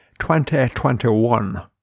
2021